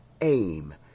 aim